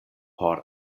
por